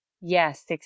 yes